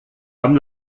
haben